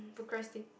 procrasti~